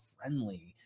friendly